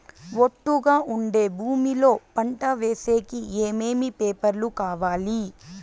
ఒట్టుగా ఉండే భూమి లో పంట వేసేకి ఏమేమి పేపర్లు కావాలి?